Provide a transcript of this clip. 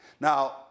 Now